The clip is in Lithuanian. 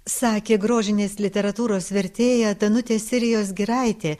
sakė grožinės literatūros vertėja danutė sirijos giraitė